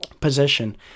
position